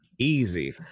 Easy